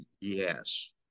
Yes